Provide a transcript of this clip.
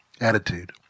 attitude